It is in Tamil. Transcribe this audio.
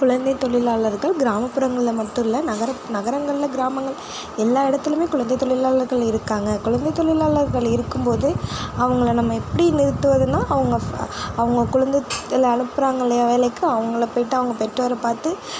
குழந்தை தொழிலாளர்கள் கிராமப்புறங்களில் மட்டும் இல்லை நகர நகரங்களில் கிராமங்கள் எல்லா இடத்துலயுமே குழந்தை தொழிலாளர்கள் இருக்காங்க குழந்தை தொழிலாளர்கள் இருக்கும்போது அவங்கள நம்ப எப்படி நிறுத்துவதுன்னா அவங்க அவங்க குழந்தகளை அனுப்புறாங்க இல்லையா வேலைக்கு அவங்கள போயிவிட்டு அவங்க பெற்றோர பார்த்து